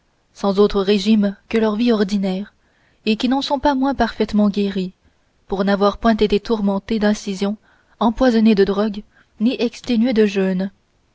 sans autre régime que leur vie ordinaire et qui n'en sont pas moins parfaitement guéris pour n'avoir point été tourmentés d'incisions empoisonnés de drogues ni exténués de jeûnes